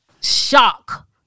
shock